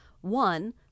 One